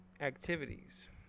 activities